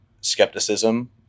skepticism